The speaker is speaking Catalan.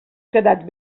quedat